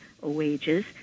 wages